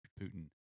Putin